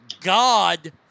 God